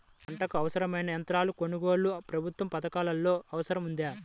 పంటకు అవసరమైన యంత్రాల కొనగోలుకు ప్రభుత్వ పథకాలలో అవకాశం ఉందా?